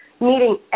meeting